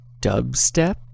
dubstep